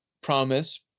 promise